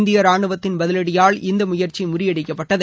இந்திய ரானுவத்தின் பதிவடியால் இந்த முயற்சி முறியடிக்கப்பட்டது